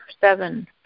seven